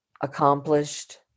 accomplished